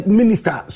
minister